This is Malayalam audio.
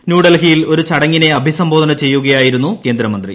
ന്യൂഡൽഹിയിൽ ഒരു ചടങ്ങിനെ അഭിസംബോധന ചെയ്യൂകിയായിരുന്നു കേന്ദ്രമന്ത്രി